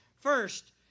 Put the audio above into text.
First